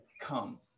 come